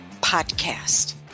podcast